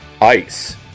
ice